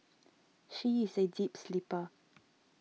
she is a deep sleeper